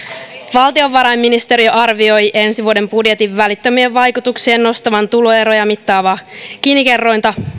valtiovarainministeriö arvioi ensi vuoden budjetin välittömien vaikutuksien nostavan tuloeroja mittaavaa gini kerrointa